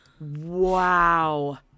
Wow